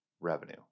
revenue